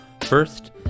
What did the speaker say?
first